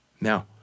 Now